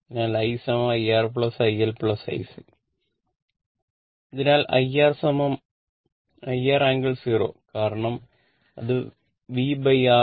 അതിനാൽ I IR IL IC അതിനാൽ IR i R ∟ 0 കാരണം ഇത് VR ∟ 0